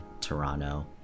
toronto